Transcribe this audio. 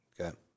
Okay